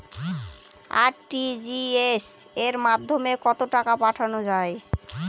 RTGS এর মাধ্যমে কত টাকা পাঠানো যায়?